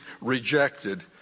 rejected